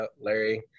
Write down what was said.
Larry